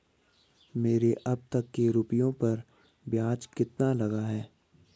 मेरे अब तक के रुपयों पर ब्याज कितना लगा है?